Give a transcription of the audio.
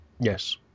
Yes